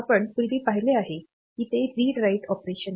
आपण पूर्वी पाहिले आहे की ते रीड राइट ऑपरेशन आहे